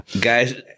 Guys